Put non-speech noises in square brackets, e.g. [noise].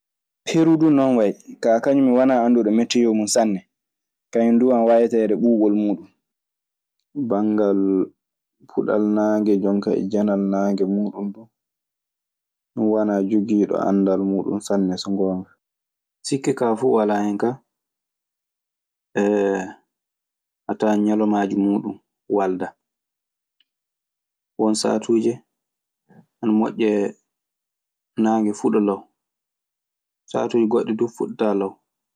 Peru dun non waye ka kaŋum wana anduɗoo meteo mun sanne, kaŋum dun ana wawi tawede ɓubol mudum. Banngal puɗal naange, jonkaa e janal nannge muuɗun duu. Ɗun wonaa jogiiɗo annadal muuɗun sanne, so ngoonga. Sikke kaa fuu walaa hen ka [hesitation] a tawan ñalawmaaji muuɗun waldaa. Won saatuuje ana moƴƴee naange fuɗa law. Saatuuje goɗɗe du fuɗataa law.